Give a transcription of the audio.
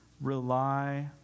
rely